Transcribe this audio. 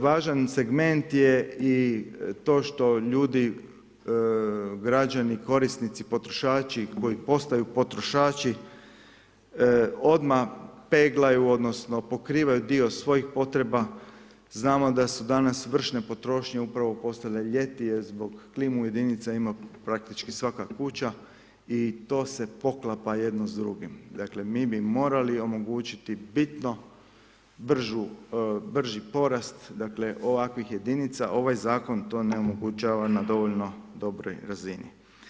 Važan segment je i to što ljudi, građani, korisnici, potrošači koji postaju potrošači odmah peglaju odnosno pokrivaju dio svojih potreba, znamo da su danas vršne potrošnje upravo postale ljeti jer zbog klimnu jedinicu ima praktičku svaka kuća i to se poklapa jedno s drugim, dakle mi bi morali omogućiti bitno brži porat ovakvih jedinica, ovaj zakon to omogućava na dovoljno dobroj razini.